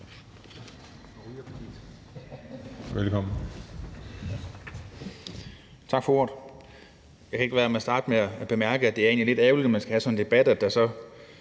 Tak for ordet. Jeg kan ikke lade være med at bemærke, at det er lidt ærgerligt, når man skal have sådan en debat,